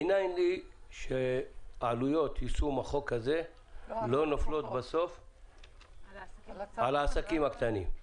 מנין לי שעלויות יישום החוק הזה לא נופלות בסוף על העסקים הקטנים?